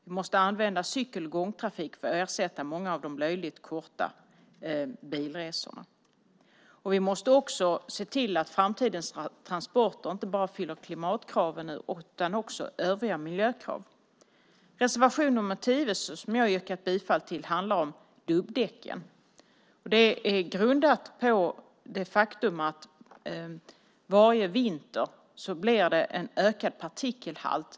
Vi måste använda cykel och gångtrafik för att ersätta många av de löjligt korta bilresorna. Vi måste också se till att framtidens transporter inte bara uppfyller klimatkraven utan också övriga miljökrav. Reservation nr 10, som jag yrkat bifall till, handlar om dubbdäcken. Den grundar sig på det faktum att det varje vinter blir ökade partikelhalter.